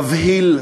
מבהיל,